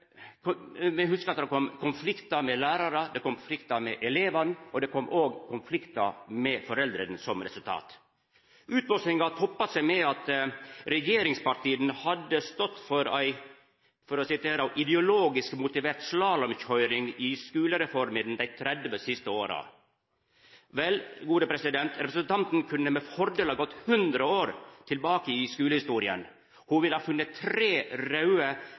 Me hugsar at det kom konfliktar med lærarar, det kom konfliktar med elevane, og det kom òg konfliktar med foreldra som resultat. Utblåsinga toppa seg med at regjeringspartia hadde stått for ei – for å sitera: «ideologisk slalåmkjøring mellom politisk motiverte reformer de siste 30 årene». Vel, representanten kunne med fordel ha gått 100 år tilbake i skulehistoria. Ho ville ha funne tre